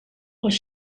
els